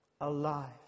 alive